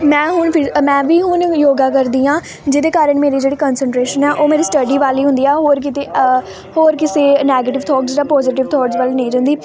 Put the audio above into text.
ਮੈਂ ਹੁਣ ਫਿਰ ਮੈਂ ਵੀ ਹੁਣ ਯੋਗਾ ਕਰਦੀ ਹਾਂ ਜਿਹਦੇ ਕਾਰਨ ਮੇਰੀ ਜਿਹੜੀ ਕੰਸਟਰੇਸ਼ਨ ਆ ਉਹ ਮੇਰੀ ਸਟਡੀ ਵੱਲ ਹੀ ਹੁੰਦੀ ਹੋਰ ਕਿਤੇ ਹੋਰ ਕਿਸੇ ਨੈਗਟਿਵ ਥੋਟਸ ਜਾਂ ਪੋਜੀਟਿਵ ਥੋਟਸ ਵੱਲ ਨਹੀਂ ਜਾਂਦੀ